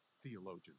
theologian